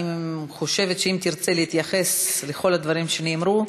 אני חושבת שאם תרצה להתייחס לכל הדברים שנאמרו,